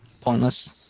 pointless